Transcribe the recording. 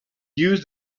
used